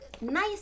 nice